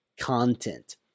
content